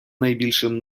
найбільшим